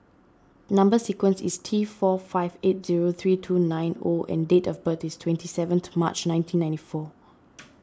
Number Sequence is T four five eight zero three two nine O and date of birth is twenty seventh March nineteen ninety four